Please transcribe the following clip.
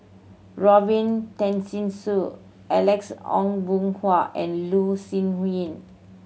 Robin Tessensohn Alex Ong Boon Hau and Loh Sin Yun